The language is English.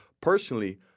Personally